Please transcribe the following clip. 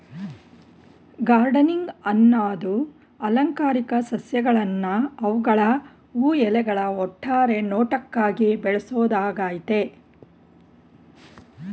gardening ಅನ್ನದು ಅಲಂಕಾರಿಕ ಸಸ್ಯಗಳ್ನ ಅವ್ಗಳ ಹೂ ಎಲೆಗಳ ಒಟ್ಟಾರೆ ನೋಟಕ್ಕಾಗಿ ಬೆಳ್ಸೋದಾಗಯ್ತೆ